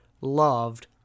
loved